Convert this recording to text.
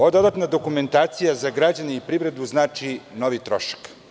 Ova dodatna dokumentacija za građane i privredu znači novi trošak.